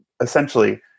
essentially